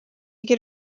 get